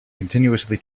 continuously